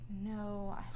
no